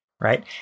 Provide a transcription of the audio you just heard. right